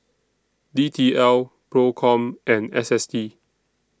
D T L PROCOM and S S T